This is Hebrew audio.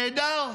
נהדר.